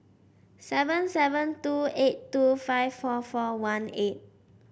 seven seven two eight two five four four one eight